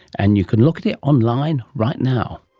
and you can look at it online right now.